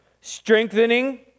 strengthening